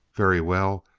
very well,